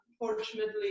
unfortunately